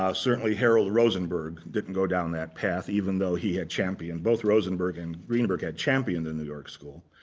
ah certainly, harold rosenberg didn't go down that path, even though he had championed. both rosenburg and greenberg had championed the new york school,